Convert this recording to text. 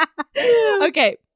Okay